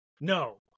no